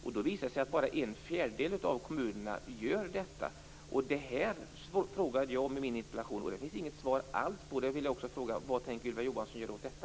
Det visar sig att bara en fjärdedel av kommunerna gör detta. Jag frågade om detta i min interpellation, och det finns inget svar alls på det. Då vill jag också fråga: Vad tänker Ylva Johansson göra åt detta?